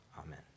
Amen